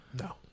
No